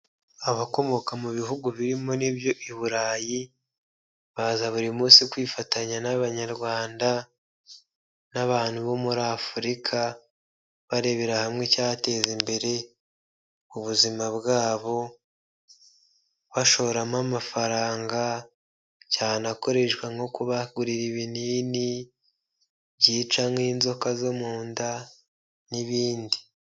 Abakomoka mu bihugu birimo n'iby'iburayi baza buri munsi kwifatanya n'abanyarwanda n'abantu bo muri Afurika, barebera hamwe icyateza imbere ubuzima bwabo bashoramo amafaranga cyane akoreshwa nko kubagurira ibinini byica nk'inzoka zo mu nda n'ibindi.